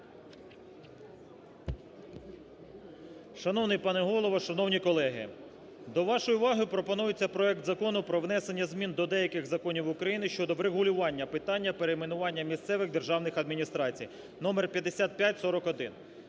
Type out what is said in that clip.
Шановний пане Голово, шановні колеги, до вашої уваги пропонується проект Закону про внесення змін до деяких законів України щодо врегулювання питання перейменування місцевих державних адміністрацій (номер 5541).